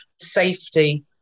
safety